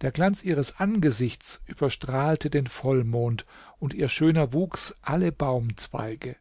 der glanz ihres angesichts überstrahlte den vollmond und ihr schöner wuchs alle baumzweige